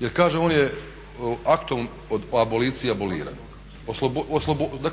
Jer kaže on je aktom od abolicije aboliran.